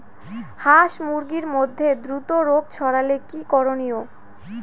হাস মুরগির মধ্যে দ্রুত রোগ ছড়ালে কি করণীয়?